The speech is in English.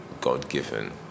God-given